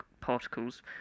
particles